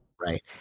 right